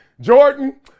Jordan